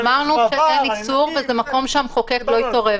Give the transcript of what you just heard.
אמרנו שאין איסור, זה מקום שהמחוקק לא התערב בו.